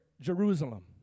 Jerusalem